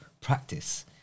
practice